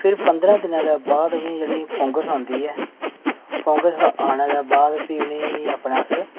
ते फ्ही पंदरें दिनें दे बाद उ'नेंगी फंगस आंदी ऐ फंगस दे आने दे बाद भी उ'नेंगी अपने अस